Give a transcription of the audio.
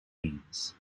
beans